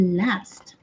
last